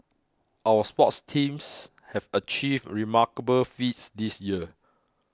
our sports teams have achieved remarkable feats this year